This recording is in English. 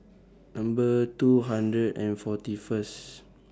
Number two hundred and forty First